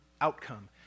outcome